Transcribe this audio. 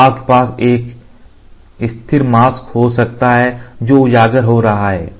तो आपके पास एक स्थिर मास्क हो सकता है जो उजागर हो रहा है